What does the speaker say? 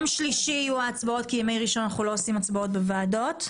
יהיו ההצבעות כי בימי ראשון לא מקיימים הצבעות בוועדות.